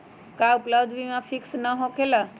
का उपलब्ध बीमा फिक्स न होकेला?